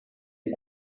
est